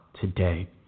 today